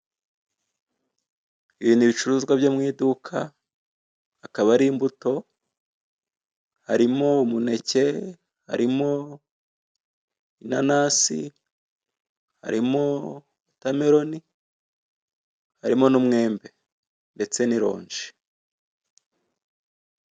Ibi ni ibicuruzwa byo mu iduka hakaba hari imbuto, harimo umuneke, harimo inanasi, harimo wotameroni, harimo n'umwembe ndetse n'ironji.